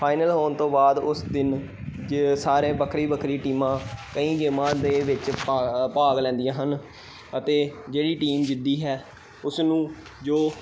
final ਹੋਣ ਤੋਂ ਬਾਅਦ ਉਸ ਦਿਨ ਜ ਸਾਰੇ ਵੱਖਰੀ ਵੱਖਰੀ ਟੀਮਾਂ ਕਈ ਗੇਮਾਂ ਦੇ ਵਿੱਚ ਭਾ ਭਾਗ ਲੈਂਦੀਆਂ ਹਨ ਅਤੇ ਜਿਹੜੀ ਟੀਮ ਜਿੱਤਦੀ ਹੈ ਉਸ ਨੂੰ ਜੋ